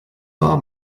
war